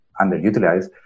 underutilized